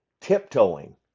tiptoeing